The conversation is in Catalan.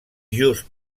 just